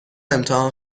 امتحان